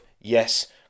yes